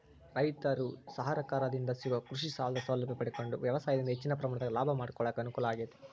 ರೈತರು ಸರಕಾರದಿಂದ ಸಿಗೋ ಕೃಷಿಸಾಲದ ಸೌಲಭ್ಯ ಪಡಕೊಂಡು ವ್ಯವಸಾಯದಿಂದ ಹೆಚ್ಚಿನ ಪ್ರಮಾಣದಾಗ ಲಾಭ ಮಾಡಕೊಳಕ ಅನುಕೂಲ ಆಗೇತಿ